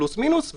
פלוס מינוס,